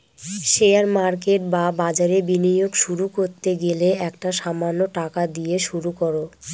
share market বা বাজারে বিনিয়োগ শুরু করতে গেলে একটা সামান্য টাকা দিয়ে শুরু করো